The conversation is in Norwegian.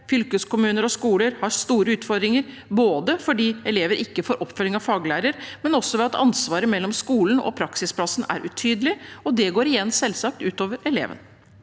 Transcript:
fylkeskommuner og skoler har store utfordringer både fordi elever ikke får oppfølging av faglærer, og ved at ansvaret mellom skolen og praksisplassen er utydelig. Det går selvsagt ut over eleven.